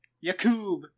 Yakub